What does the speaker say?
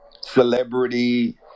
celebrity